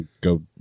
go